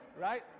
Right